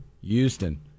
Houston